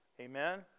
Amen